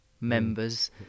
members